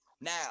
Now